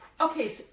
Okay